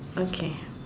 okay